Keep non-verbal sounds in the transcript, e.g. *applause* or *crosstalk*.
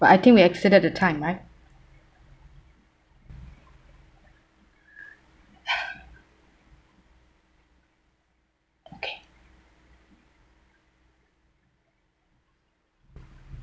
but I think we exceeded the time right *breath* okay